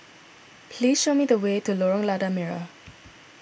please show me the way to Lorong Lada Merah